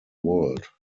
world